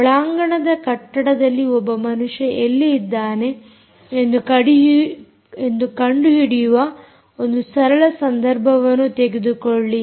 ಒಳಾಂಗಣದ ಕಟ್ಟಡದಲ್ಲಿ ಒಬ್ಬ ಮನುಷ್ಯ ಎಲ್ಲಿ ಇದ್ದಾನೆ ಎಂದು ಕಂಡು ಹಿಡಿಯುವ ಒಂದು ಸರಳ ಸಂದರ್ಭವನ್ನು ತೆಗೆದುಕೊಳ್ಳಿ